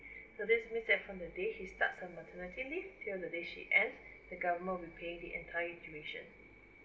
so this means that from the day she starts on maternity leave until the way she ends the government will pay the entire remuneration